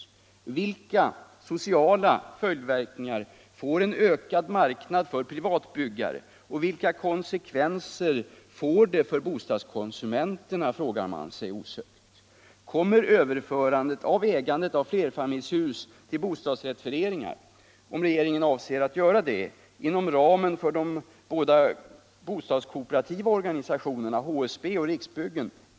Vilka sociala följdverkningar får en ökad marknad för privatbyggare och vilka konsekvenser får det för bostadskonsumenterna, frågar man sig osökt. Kommer överförandet av ägandet av flerfamiljshus till bostadsrättsföreningar. om regeringen avser att göra detta, att ske inom ramen för de båda bostadskooperativa organisationerna. HSB och Riksbyggen.